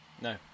No